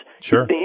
Sure